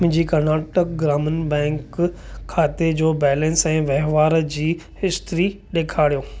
मुंहिंजे कर्नाटका ग्रामीण बैंक खाते जो बैलेंस ऐं वहिंवार जी हिस्ट्री ॾेखारियो